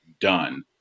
done